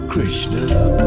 Krishna